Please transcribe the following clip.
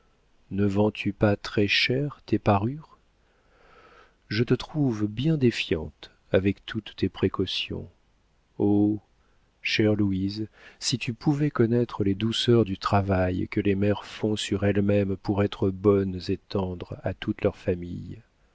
ne vends tu pas très-cher tes parures je te trouve bien défiante avec toutes tes précautions oh chère louise si tu pouvais connaître les douceurs du travail que les mères font sur elles-mêmes pour être bonnes et tendres à toute leur famille